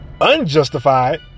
Unjustified